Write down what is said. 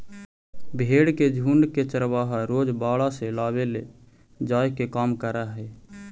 भेंड़ के झुण्ड के चरवाहा रोज बाड़ा से लावेले जाए के काम करऽ हइ